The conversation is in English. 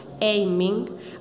aiming